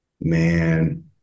Man